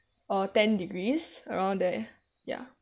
uh ten degrees around there ya